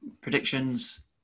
predictions